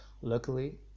Luckily